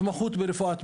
זה בדיוק הנושא שהזכרתי.